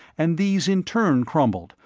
and these in turn crumbled,